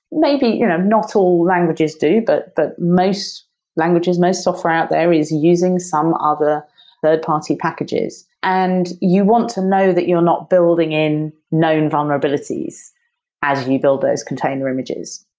maybe you know not all languages do, but most languages, most software out there is using some other third-party packages. and you want to know that you're not building in known vulnerabilities as you build those container images.